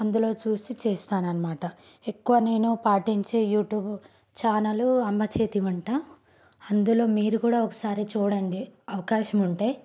అందులో చూసి చేస్తాను అన్నమాట ఎక్కువగా నేను పాటించే యూట్యూబ్ ఛానల్ అమ్మ చేతి వంట అందులో మీరు కూడా ఒకసారి చూడండి అవకాశం ఉంటే